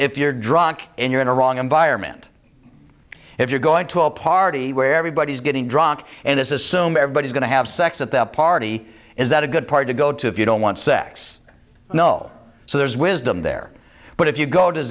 if you're drunk and you're in a wrong environment if you're going to a party where everybody's getting drunk and assume everybody's going to have sex at the party is that a good part to go to if you don't want sex you know so there's wisdom there but if you go does